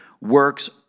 works